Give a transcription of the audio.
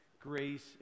grace